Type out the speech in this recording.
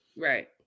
Right